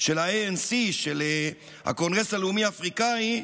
של ה-ANC, של הקונגרס הלאומי אפריקאי,